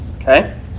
Okay